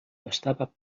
estava